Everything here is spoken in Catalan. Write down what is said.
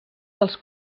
dels